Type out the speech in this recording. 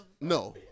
No